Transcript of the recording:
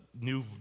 new